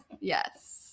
Yes